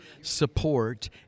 support